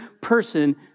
person